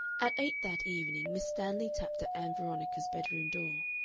at eight that evening miss stanley tapped at ann veronica's bedroom door.